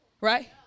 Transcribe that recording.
right